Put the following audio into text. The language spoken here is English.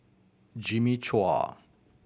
Jimmy Chua